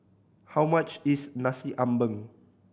how much is Nasi Ambeng